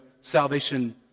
salvation